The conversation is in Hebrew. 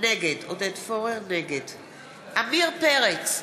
נגד עמיר פרץ,